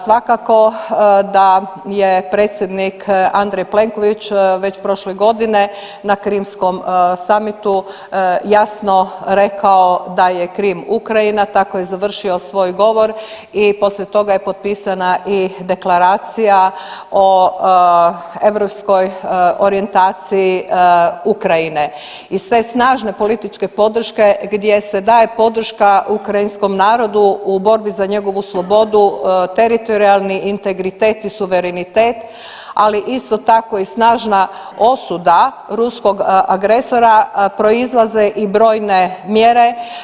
Svakako da je predsjednik Andrej Plenković već prošle godine na Krimskom samitu jasno rekao da je Krim Ukrajina tako je završio svoj govor i poslije toga je potpisana i Deklaracija o europskoj orijentaciji Ukrajine i sve snažne političke podrške gdje se daje podrška ukrajinskom narodu u borbi za njegovu slobodu, teritorijalni integritet i suverenitet, ali isto tako i snažna osuda ruskog agresora proizlaze i brojne mjere.